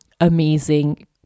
amazing